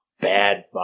bad